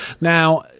Now